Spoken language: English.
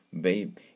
babe